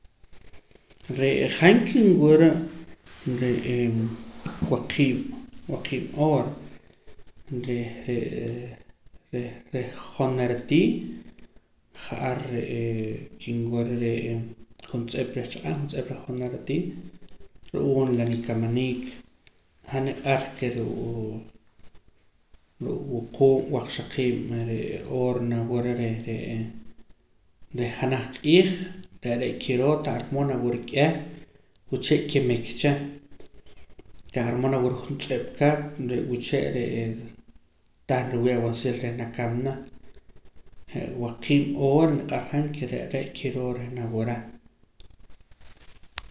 Re'ee han kinwura re'ee waqiib' waqiib' oor reh re'ee reh reh jonera tii ja'ar re'ee kinwura re'ee juntz'ip reh chaq'ab' juntz'ip reh jonera tii ru'uum la nikamaniik han niq'ar ke ruu' ruu' wuquub' waqxaqiib' re'ee oor nawura reh re'ee reh janaj q'iij re' re' kiroo tah ar moo nawura k'eh wuche' kimik cha tah ar moo nawura juntz'ip ka re' wuche' re'ee tah riwii' awaansil reh nakamna je' waqiib' oor niq'ar han ke re' re' kiroo reh nawura